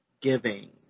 Giving